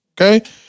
Okay